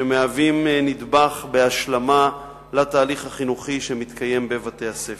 שמהווים נדבך בהשלמה לתהליך החינוכי שמתקיים בבתי-הספר.